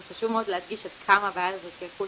אבל חשוב מאוד להדגיש עד כמה הבעיה הזאת היא אקוטית.